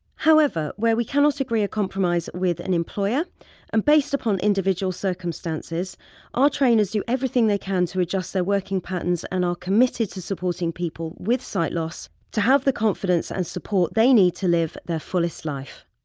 however where we cannot agree a compromise with an employer and based upon individual circumstances our trainers do everything they can to adjust their working patterns and are committed to supporting people with sight loss to have the confidence and support they need to live their fullest life.